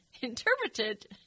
interpreted